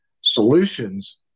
solutions